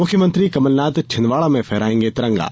मुख्यमंत्री कमलनाथ छिदवाडा में फहरायेंगे तिरंगा